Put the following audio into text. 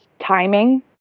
timing